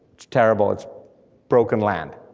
it's terrible, it's broken land.